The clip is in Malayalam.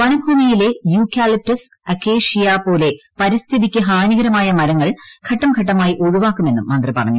വനഭൂമിയിലെ യൂക്കാലിപ്സ് അകേഷ്യ പോലെയുള്ള പരിസ്ഥിതിക്ക് ഹാനികരമായ മരങ്ങൾ ഘട്ടം ഘട്ടമായി ഒഴിവാക്കുമെന്നും മന്ത്രി പറഞ്ഞു